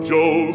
Joe